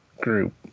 group